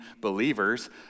believers